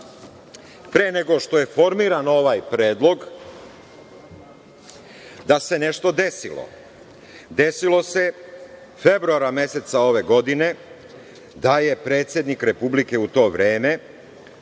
pre nego što je formiran ovaj predlog da se nešto desilo. Desilo se februara meseca ove godine da je predsednik Republike u to vreme